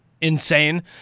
insane